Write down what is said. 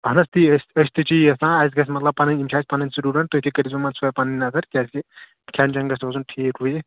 اَہَن حظ تی أسۍ تہِ چھِ یی یژھان اَسہِ گٔژھ مطلب پَنٕنۍ یِم چھِ اَسہِ پَنٕنۍ سُٹوٗڈَنٛٹ تُہۍ تہِ کٔرِزیٚو یِمَن سوے پَنٕنۍ نظر کیٛازِ کہ کھیٚن چھیٚن گژھِ روزُن ٹھیٖک ہُہ یہِ